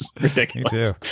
Ridiculous